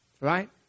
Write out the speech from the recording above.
Right